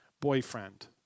boyfriend